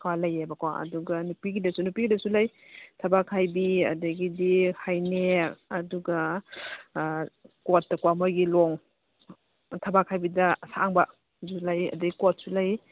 ꯀꯣ ꯂꯩꯌꯦꯕꯀꯣ ꯑꯗꯨꯒ ꯅꯨꯄꯤꯒꯤꯗꯁꯨ ꯅꯨꯄꯤꯒꯤꯗꯁꯨ ꯂꯩ ꯊꯕꯥꯛ ꯈꯥꯏꯕꯤ ꯑꯗꯒꯤꯗꯤ ꯍꯥꯏꯅꯦꯛ ꯑꯗꯨꯒ ꯀꯣꯠꯇꯀꯣ ꯃꯣꯏꯒꯤ ꯂꯣꯡ ꯊꯕꯥꯛ ꯈꯥꯏꯕꯤꯗ ꯑꯁꯥꯡꯕꯁꯨ ꯂꯩ ꯑꯗꯒꯤ ꯀꯣꯠꯁꯨ ꯂꯩ